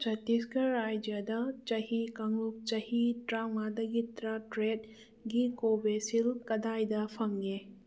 ꯁꯠꯇꯤꯁꯒꯔ ꯔꯥꯏꯖ꯭ꯌꯥꯗ ꯆꯍꯤ ꯀꯥꯡꯂꯨꯞ ꯆꯍꯤ ꯇꯔꯥ ꯃꯉꯥꯗꯒꯤ ꯇꯔꯥ ꯇꯔꯦꯠꯒꯤ ꯀꯣꯕꯤꯁꯤꯜ ꯚꯦꯛꯁꯤꯟ ꯀꯗꯥꯏꯗ ꯐꯪꯉꯦ